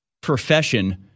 profession